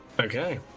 okay